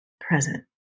present